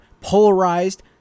polarized